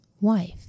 wife